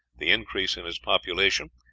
the increase in its population,